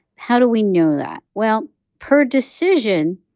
how do we know that? well, per decision,